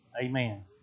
Amen